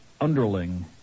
underling